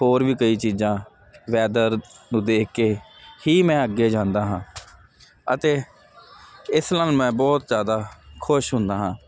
ਹੋਰ ਵੀ ਕਈ ਚੀਜ਼ਾਂ ਵੈਦਰ ਨੂੰ ਦੇਖ ਕੇ ਹੀ ਮੈਂ ਅੱਗੇ ਜਾਂਦਾ ਹਾਂ ਅਤੇ ਇਸ ਨਾਲ ਮੈਂ ਬਹੁਤ ਜਿਆਦਾ ਖੁਸ਼ ਹੁੰਦਾ ਹਾਂ